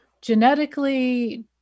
genetically